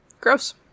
Gross